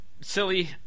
silly